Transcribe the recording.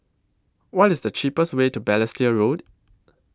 What IS The cheapest Way to Balestier Road